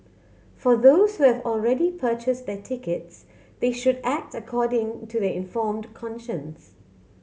for those who have already purchased their tickets they should act according to their informed conscience